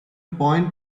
point